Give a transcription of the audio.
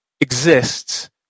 exists